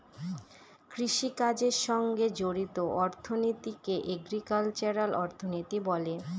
কৃষিকাজের সঙ্গে জড়িত অর্থনীতিকে এগ্রিকালচারাল অর্থনীতি বলে